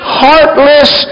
heartless